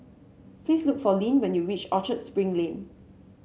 please look for Lyn when you reach Orchard Spring Lane